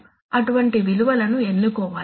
అటువంటి విలువలను ఎన్నుకోవాలి